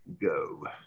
go